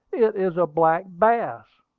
it is a black bass.